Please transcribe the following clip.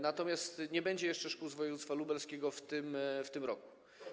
Natomiast nie będzie jeszcze szkół z województwa lubelskiego w tym roku.